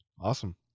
Awesome